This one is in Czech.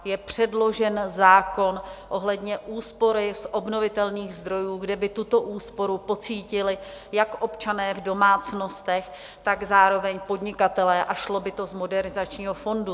Je předložen zákon ohledně úspory z obnovitelných zdrojů, kde by tuto úsporu pocítili jak občané v domácnostech, tak zároveň podnikatelé, a šlo by to z Modernizačního fondu.